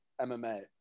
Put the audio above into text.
mma